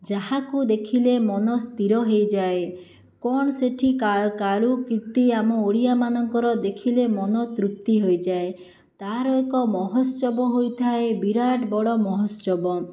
ଯାହାକୁ ଦେଖିଲେ ମନ ସ୍ଥିର ହେଇଯାଏ କ'ଣ ସେଠି କାରୁକୀର୍ତ୍ତି ଆମ ଓଡ଼ିଆ ମାନଙ୍କର ଦେଖିଲେ ମନ ତୃପ୍ତି ହୋଇଯାଏ ତାର ଏକ ମହୋତ୍ସବ ହୋଇଥାଏ ବିରାଟ ବଡ଼ ମହୋତ୍ସବ